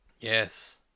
Yes